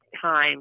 time